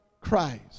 Christ